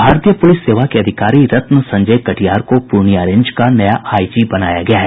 भारतीय पुलिस सेवा के अधिकारी रत्न संजय कटियार को पुर्णियां रेंज का नया आईजी बनाया गया है